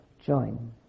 join